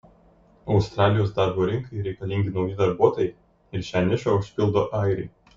australijos darbo rinkai reikalingi nauji darbuotojai ir šią nišą užpildo airiai